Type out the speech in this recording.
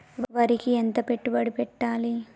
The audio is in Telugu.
వరికి ఎంత పెట్టుబడి పెట్టాలి?